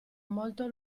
molto